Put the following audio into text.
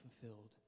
fulfilled